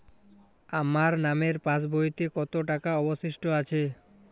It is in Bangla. আমার নামের পাসবইতে কত টাকা অবশিষ্ট আছে?